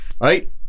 right